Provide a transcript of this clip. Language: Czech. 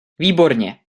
výborně